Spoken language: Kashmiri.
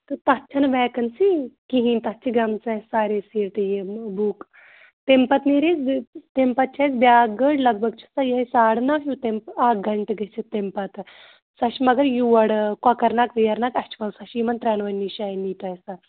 تہٕ تَتھ چھَنہٕ وٮ۪کَنسی کِہیٖنۍ تَتھ چھِ گٔمژٕ اَسہِ سارے سیٖٹ یِم بُک تَمہِ پَتہٕ نیرِ اَسہِ زٕ تَمہِ پَتہٕ چھِ اَسہِ بیٛاکھ گٲڑۍ لگ بگ چھِ سۄ یِہوٚے ساڑٕ نَو ہیوٗ تَمہِ اَکھ گھنٛٹہٕ گٔژھِتھ تَمہِ پَتہٕ سۄ چھِ مگر یور کۄکَرناگ ویرناگ اَچھوَل سۄ چھِ یِمَن ترٛٮ۪نؤنی جاین نی تۄہہِ سۄ